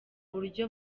buryo